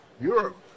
Europe